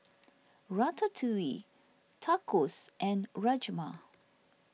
Ratatouille Tacos and Rajma